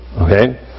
Okay